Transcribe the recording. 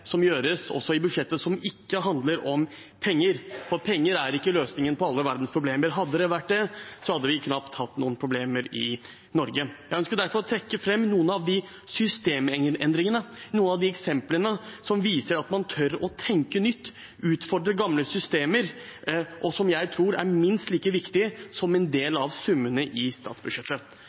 som gjøres, også i budsjettet, som ikke handler om penger – for penger er ikke løsningen på alle verdens problemer. Hadde det vært det, hadde vi knapt hatt noen problemer i Norge. Jeg ønsker derfor å trekke fram noen av de systemendringene, noen av de eksemplene som viser at man tør å tenke nytt og utfordre gamle systemer, og som jeg tror er minst like viktig som en del av summene i statsbudsjettet.